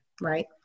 right